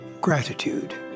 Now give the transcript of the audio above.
gratitude